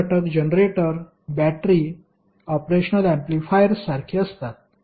सक्रिय घटक generator battery operational amplifiers सारखे असतात